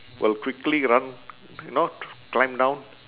will quickly run you know climb down